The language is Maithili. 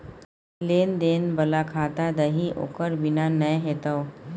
लेन देन बला खाता दही ओकर बिना नै हेतौ